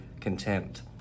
contempt